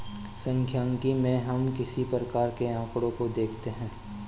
सांख्यिकी में हम किस प्रकार के आकड़ों को देखते हैं?